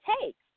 takes